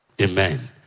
Amen